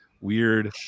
Weird